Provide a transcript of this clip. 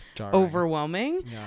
overwhelming